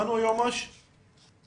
היועצת המשפטית.